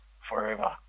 forever